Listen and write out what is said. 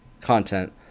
content